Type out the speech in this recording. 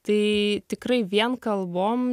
tai tikrai vien kalbom